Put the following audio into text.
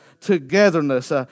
togetherness